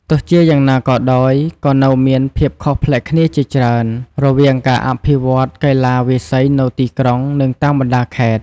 ទោះជាយ៉ាងណាក៏ដោយ ក៏នៅមានភាពខុសប្លែកគ្នាជាច្រើន រវាងការអភិវឌ្ឍន៍កីឡាវាយសីនៅទីក្រុង និងតាមបណ្ដាខេត្ត។